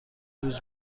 روز